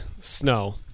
snow